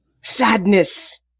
Sadness